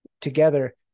together